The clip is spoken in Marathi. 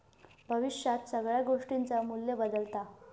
भविष्यात सगळ्या गोष्टींचा मू्ल्य बदालता